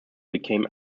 became